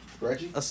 Reggie